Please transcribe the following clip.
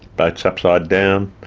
boats upside down,